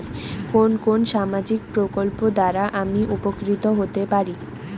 কোন কোন সামাজিক প্রকল্প দ্বারা আমি উপকৃত হতে পারি?